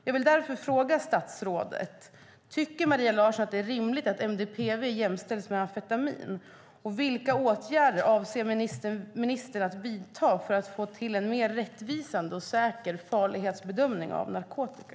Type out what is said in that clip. Jag vill därför fråga statsrådet: Tycker Maria Larsson att det är rimligt att MDPV jämställs med amfetamin? Vilka åtgärder avser ministern att vidta för att få till en mer rättvisande och säker farlighetsbedömning av narkotika?